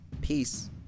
peace